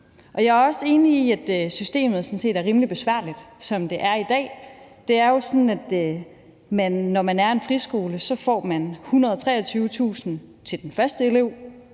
Jeg er også enig i, at systemet sådan set er rimelig besværligt, som det er i dag. Det er jo sådan, at når man er en friskole, får man 123.000 kr. til den første elev,